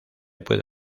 puede